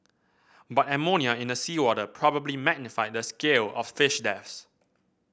but ammonia in the seawater probably magnified the scale of fish deaths